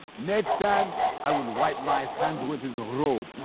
next time i will wipe my hands with his robe.